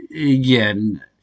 Again